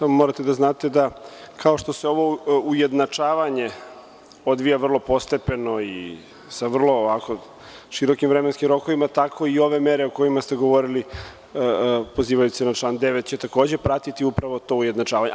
Samo morate da znate da će, kao što se ovo ujednačavanje odvija vrlo postepeno i sa vrlo širokim vremenskim rokovima, ove mere, o kojima ste govorili, pozivajući se na član 9, takođe pratiti to ujednačavanje.